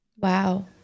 Wow